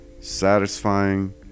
satisfying